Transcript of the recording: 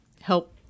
help